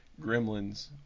gremlins